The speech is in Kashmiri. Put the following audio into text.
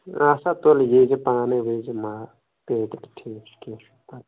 اسا تُل یی زِ پانے وُچھ زِ مال پیٹہِ ٹھیٖک چھُ ٹھیٖک چھُ